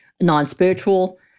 non-spiritual